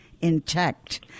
intact